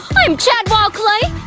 i'm chad wild clay